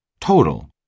Total